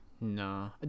No